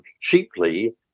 cheaply